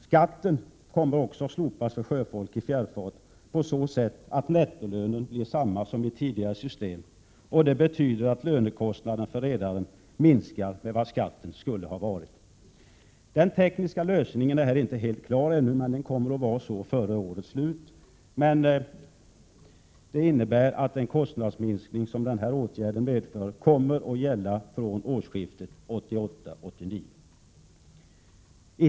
Skatten kommer också att slopas för sjöfolk i fjärrfart på så sätt att nettolönen blir densamma som i tidigare system, och det betyder att lönekostnaderna för redaren minskar med vad skatten skulle ha varit. Den tekniska lösningen är inte helt klar ännu, men den kommer att vara det före årets slut. Det innebär att den kostnadsminskning som den här åtgärden medför kommer att gälla från årsskiftet 1988/89.